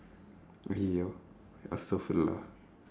ஐயய்யோ:aiyaiyoo